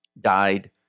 died